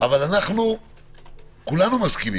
אבל כל השולחן מסכים,